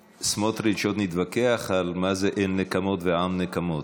סמוטריץ, עוד נתווכח על מה זה אל נקמות ועם נקמות.